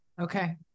Okay